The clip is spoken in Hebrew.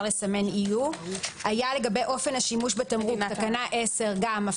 לסמן EU. היה לגבי אופן השימוש בתמרוק תקנה 10 - לגבי